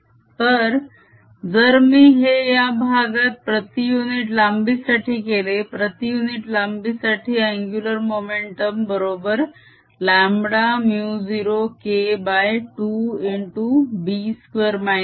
2πsds0K2π तर जर मी हे या भागात प्रती युनिट लांबी साठी केले प्रती युनिट लांबी साठी अन्गुलर मोमेंटम बरोबर λμ0K2 मिळेल